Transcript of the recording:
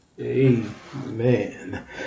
amen